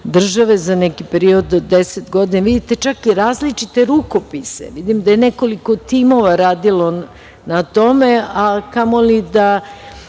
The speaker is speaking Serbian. za neki period od 10 godina, vidite čak i različite rukopise. Vidim da je nekoliko timova radilo na tome, a kamo li da,